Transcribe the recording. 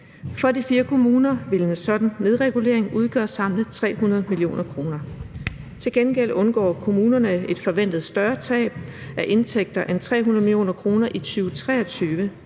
For de fire kommuner vil en sådan nedregulering udgøre samlet 300 mio. kr. Til gengæld undgår kommunerne et forventet større tab af indtægter end 300 mio. kr. i 2023